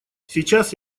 сейчас